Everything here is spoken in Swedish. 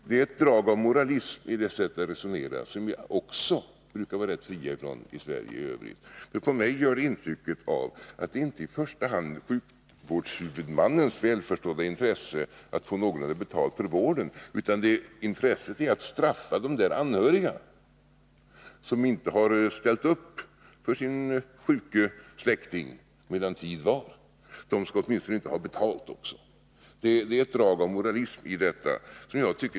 Det är ett drag av moralism i det sättet att resonera, som vi också brukar vara rätt fria från i Sverige. På mig gör det intrycket att det inte är i första hand sjukvårdshuvudmännens välförstådda intresse av att i någon mån få betalt för vården som man tar hänsyn till, utan intresset är att straffa de anhöriga, som inte har ställt upp för sin sjuke släkting medan tid var — de skall åtminstone inte ha betalt också! Det är ett drag av moralism i detta.